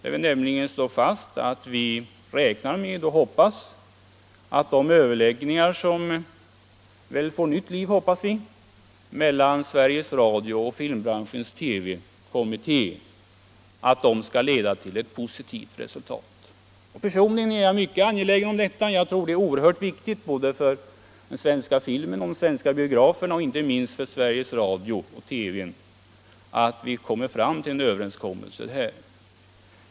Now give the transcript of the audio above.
Vi vill nämligen slå fast att vi räknar med att de överläggningar som vi hoppas kommer att upptas på nytt mellan Sveriges Radio och filmbranschens TV-kommitté skall leda till ett positivt resultat. Personligen är jag mycket angelägen om detta. Jag tror att det är oerhört viktigt för den svenska filmen och för de svenska biograferna och inte minst för Sveriges Radio TV att vi kommer fram till en överenskommelse.